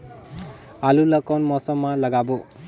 आलू ला कोन मौसम मा लगाबो?